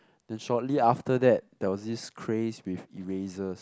then shortly after that there was this craze with erasers